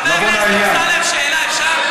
חבר הכנסת אמסלם, שאלה, אפשר?